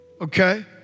okay